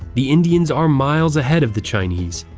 the indians are miles ahead of the chinese.